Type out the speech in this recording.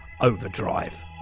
Overdrive